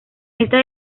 esta